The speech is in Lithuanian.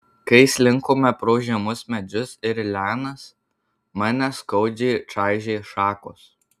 kai slinkome pro žemus medžius ir lianas mane skaudžiai čaižė šakos